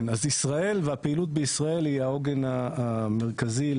היא למעשה נמצאת מעל המאגר עצמו.